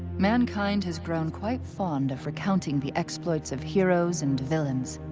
mankind has grown quite fond of recounting the exploits of heroes and villains,